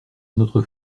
notre